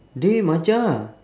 dey macha